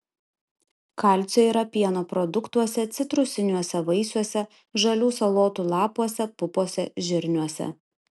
kalcio yra pieno produktuose citrusiniuose vaisiuose žalių salotų lapuose pupose žirniuose